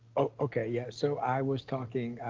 okay, yes. so i was talking,